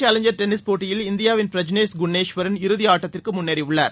carry challenger tennis போட்டியில் இந்தியாவின் பிரஜ்னேஷ் குன்னேஷ்வரன் இறுதி ஆட்டத்திற்கு முன்னேறியுள்ளார்